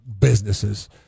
businesses